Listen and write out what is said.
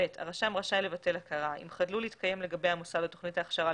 הרשם רשאי לבטל הכרה אם חדלו להתקיים לגבי המוסד או תוכנית ההכשרה,